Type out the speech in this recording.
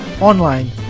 Online